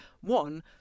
one